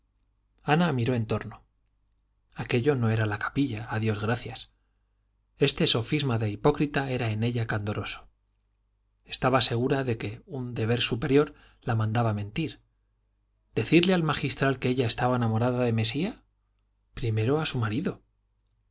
ana miró en torno aquello no era la capilla a dios gracias este sofisma de hipócrita era en ella candoroso estaba segura de que un deber superior la mandaba mentir decirle al magistral que ella estaba enamorada de mesía primero a su marido